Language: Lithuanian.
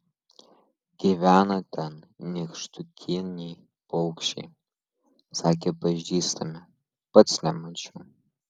gyvena ten nykštukiniai paukščiai sakė pažįstami pats nemačiau